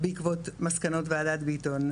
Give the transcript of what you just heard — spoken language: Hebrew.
בעקבות מסקנות וועדת ביטון.